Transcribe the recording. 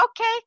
okay